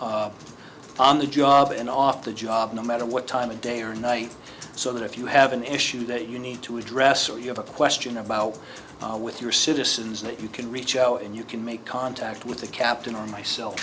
the job and off the job no matter what time of day or night so that if you have an issue that you need to address or you have a question about with your citizens that you can reach out and you can make contact with the captain or myself